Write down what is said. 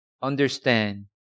understand